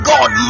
God